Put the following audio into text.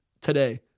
today